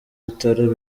bitaro